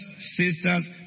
sisters